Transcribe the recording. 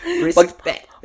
Respect